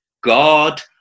God